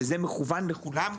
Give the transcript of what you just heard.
וזה מכוון לכולם,